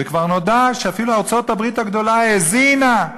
וכבר נודע שאפילו ארצות-הברית הגדולה האזינה.